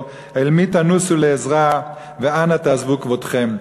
על מי תנוסו לעזרה ואנה תעזבו כבודכם".